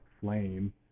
flame